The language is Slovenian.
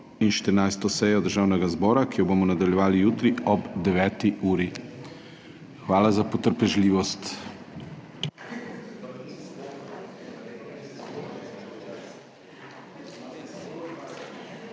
in 14. sejo Državnega zbora, ki jo bomo nadaljevali jutri ob 9. uri. Hvala za potrpežljivost!